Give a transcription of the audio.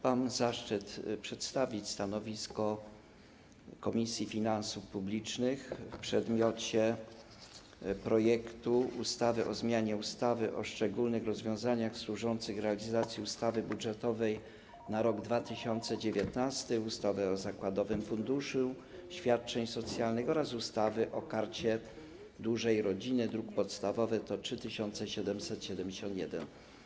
Mam zaszczyt przedstawić stanowisko Komisji Finansów Publicznych w przedmiocie projektu ustawy o zmianie ustawy o szczególnych rozwiązaniach służących realizacji ustawy budżetowej na rok 2019, ustawy o zakładowym funduszu świadczeń socjalnych oraz ustawy o Karcie Dużej Rodziny, druk podstawowy nr 3771.